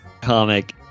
comic